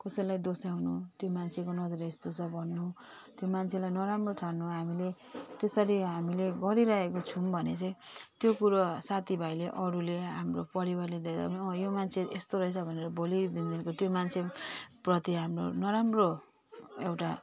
कसैलाई दोस्याउनु त्यो मान्छेको नजर यस्तो छ भन्नु त्यो मान्छेलाई नराम्रो ठान्नु हामीले त्यसरी हामीले गरिरहेको छौँ भने चाहिँ त्यो कुरो साथीभाइले अरूले हाम्रो परिवारले देख्दा पनि अँ यो मान्छे यस्तो रहेछ भनेर भोलिको दिनदेखिको त्यो मान्छेप्रति हाम्रो नराम्रो एउटा